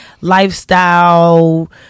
lifestyle